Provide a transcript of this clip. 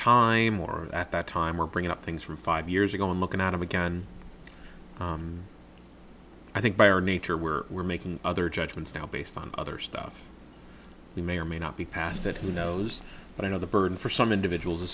time or at that time or bringing up things from five years ago and looking at him again i think by our nature where we're making other judgments now based on other stuff he may or may not be past that who knows but i know the burden for some individuals